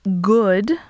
good